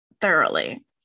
thoroughly